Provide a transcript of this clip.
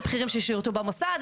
לבכירים ששירתו במוסד,